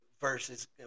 versus